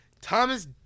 Thomas